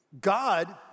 God